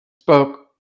spoke